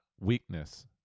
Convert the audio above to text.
weakness